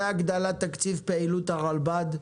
הגדלת תקציב פעילות הרלב"ד,